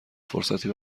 فرصتی